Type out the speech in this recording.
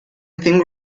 think